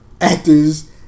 actors